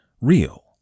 real